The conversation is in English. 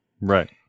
Right